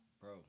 Bro